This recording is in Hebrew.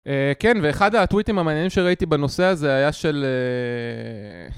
כן ואחד הטוויטים המעניינים שראיתי בנושא הזה היה של